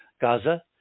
Gaza